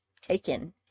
taken